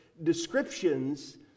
descriptions